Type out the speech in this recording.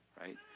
right